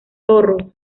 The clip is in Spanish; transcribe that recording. zorros